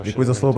Děkuji za slovo.